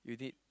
you did